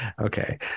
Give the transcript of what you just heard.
okay